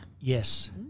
yes